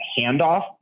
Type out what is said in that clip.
handoff